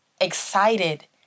excited